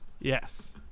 Yes